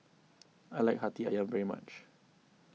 I like Hati Ayam very much